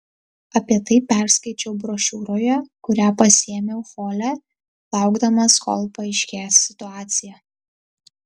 apie tai perskaičiau brošiūroje kurią pasiėmiau hole laukdamas kol paaiškės situacija